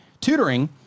tutoring